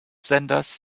senders